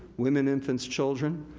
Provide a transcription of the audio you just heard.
women infants children,